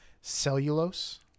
cellulose